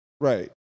Right